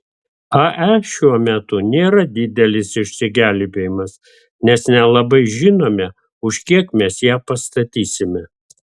ae šiuo metu nėra didelis išsigelbėjimas nes nelabai žinome už kiek mes ją pastatysime